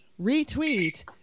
retweet